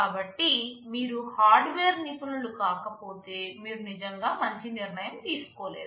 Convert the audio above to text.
కాబట్టి మీరు హార్డ్వేర్ నిపుణులు కాకపోతే మీరు నిజంగా మంచి నిర్ణయం తీసుకోలేరు